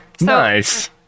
Nice